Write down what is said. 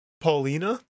Paulina